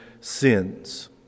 sins